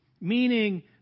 meaning